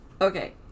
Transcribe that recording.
Okay